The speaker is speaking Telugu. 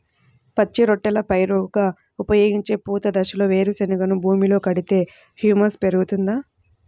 పచ్చి రొట్టెల పైరుగా ఉపయోగించే పూత దశలో వేరుశెనగను భూమిలో కలిపితే హ్యూమస్ పెరుగుతుందా?